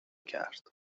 کرد